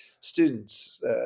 students